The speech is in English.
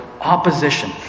opposition